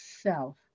self